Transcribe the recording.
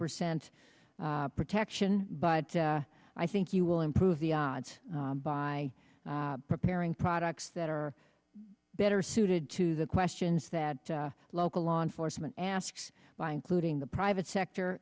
percent protection but i think you will improve the odds by preparing products that are better suited to the questions that local law enforcement asks by including the private sector